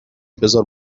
بذار